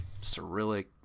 Cyrillic